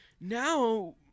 now